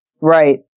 Right